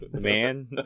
Man